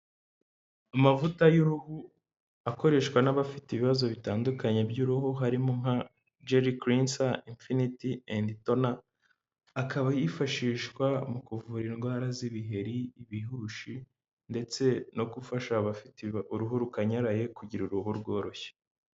Amavuta y'uruhu akoreshwa n'abafite ibibazo bitandukanye by'uruhu, harimo nka jeli kirinsa, infiniti endi tona, akaba yifashishwa mu kuvura indwara z'ibiheri, ibihushi ndetse no gufasha abafite uruhu rukanyaraye, kugira uruhu rworoshye.